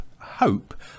hope